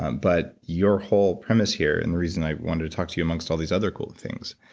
but your whole premise here and the reason i wanted to talk to you amongst all these other cool things,